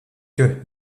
que